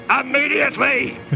immediately